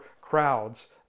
crowds